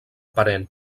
parent